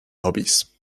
hobbies